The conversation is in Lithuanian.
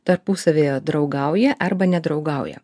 tarpusavyje draugauja arba nedraugauja